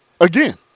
again